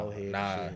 nah